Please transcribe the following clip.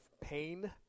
pain